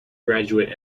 graduate